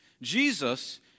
Jesus